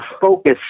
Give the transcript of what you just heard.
Focus